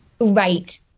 right